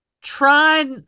try